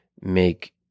make